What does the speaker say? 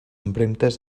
empremtes